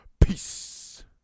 Peace